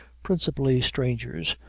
principally strangers,